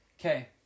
Okay